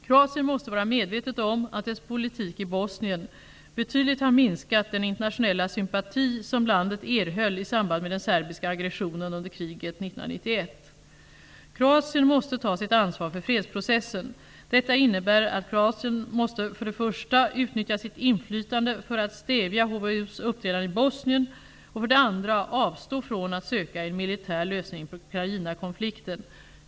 Kroatien måste vara medvetet om att dess politik i Bosnien betydligt har minskat den internationella sympati som landet erhöll i samband med den serbiska aggressionen under kriget 1991. Kroatien måste ta sitt ansvar för fredsprocessen. Detta innebär att Kroatien måste, för det första, utnyttja sitt inflytande för att stävja HVO:s uppträdande i Bosnien och, för det andra, avstå från att söka en militär lösning på Krajinakonflikten.